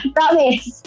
Promise